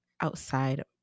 outside